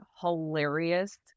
hilarious